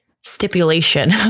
stipulation